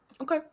Okay